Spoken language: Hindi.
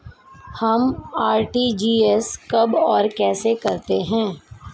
हम आर.टी.जी.एस कब और कैसे करते हैं?